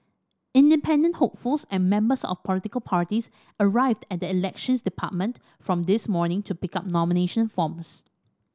independent hopefuls and members of political parties arrived at the Elections Department from this morning to pick up nomination forms